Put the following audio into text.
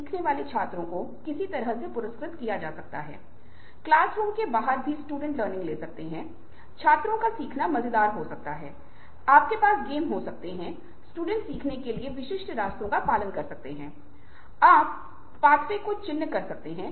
इसलिए हम बच सकते हैं और यह एकमात्र तरीका है कि हम आगे बढ़ सकते हैं अन्यथा ऐसा क्या होता है कि यदि आप इन छोटे मुद्दों पर बहुत अधिक महत्व दे रहे हैं तो बड़ी चीजों पर बातचीत करने के लिए बड़े लक्ष्य प्राप्त करने के लिए शायद हम एक कदम आगे नहीं बढ़ सकते हैं